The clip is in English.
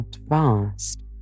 vast